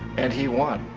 and he won.